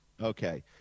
Okay